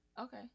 Okay